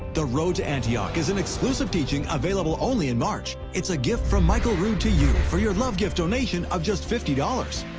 the road to antioch is an exclusive teaching available only in march. it's a gift from michael rood to you for your love gift donation of just fifty dollars.